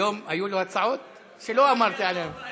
היום היו לו הצעות שלא אמרתי עליהן,